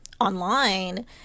online